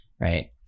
Right